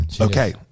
Okay